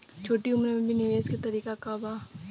छोटी उम्र में भी निवेश के तरीका क बा?